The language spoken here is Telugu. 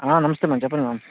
నమస్తే మేడమ్ చెప్పండి మేడమ్